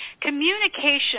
communication